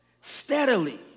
steadily